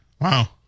Wow